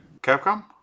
Capcom